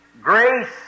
grace